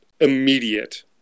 immediate